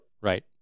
Right